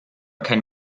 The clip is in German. kein